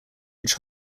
which